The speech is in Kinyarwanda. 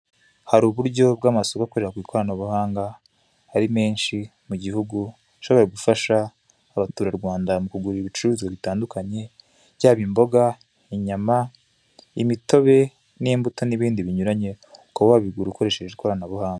Hari uburyo bw'amasoko akorera ku ikoranabuhanga ari menshi mu gihugu ashobora gufasha abaturarwanda mu kugura ibicuruzwa bitandukanye yaba imboga, inyama, imitobe n'imbuto n'ibindi binyuranye, ukaba wabigura ukoresheje ikoranabuhanga.